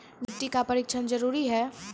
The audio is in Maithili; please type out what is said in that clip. मिट्टी का परिक्षण जरुरी है?